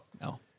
No